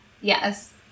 yes